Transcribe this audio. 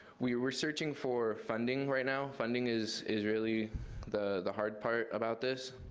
we're we're searching for funding right now. funding is is really the the hard part about this.